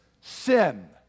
sin